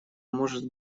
может